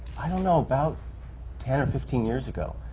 i don't know, about ten or fifteen years ago.